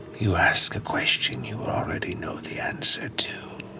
you ask a question you already know the answer to.